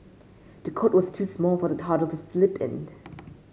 the cot was too small for the toddler to sleep in